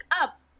up